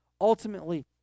Ultimately